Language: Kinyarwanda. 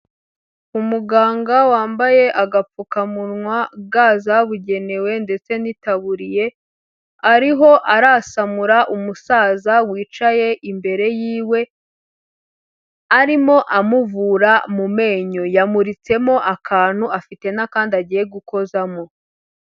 Umuganga wambaye agapfukamunwa, ga zabugenewe, ndetse n'itaburiye, ariho arasamura umusaza wicaye imbere yiwe, arimo amuvura mu menyo, yamuritsemo akantu, afite n'akandi agiye gukozamo.